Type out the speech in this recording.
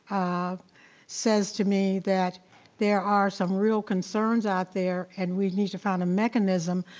ah says to me that there are some real concerns out there and we need to find a mechanism,